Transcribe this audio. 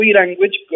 language